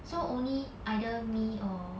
so only either me or